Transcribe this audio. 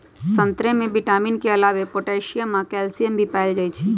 संतरे में विटामिन के अलावे पोटासियम आ कैल्सियम भी पाएल जाई छई